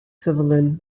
civilian